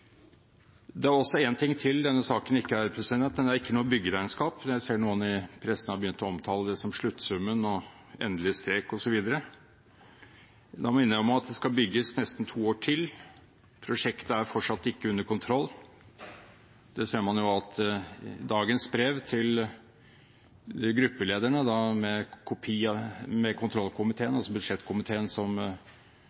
gå inn, også fordi de får tilgang til dokumenter, møteprotokoller og saksfremlegg som de ikke har fått ut på annen måte. Det er en ting til denne saken ikke er – den er ikke noe byggeregnskap. Jeg ser at noen i pressen har begynt å omtale den som sluttsummen, endelig strek, osv. Da minner jeg om at det skal bygges i nesten to år til. Prosjektet er fortsatt ikke under kontroll. Det ser man av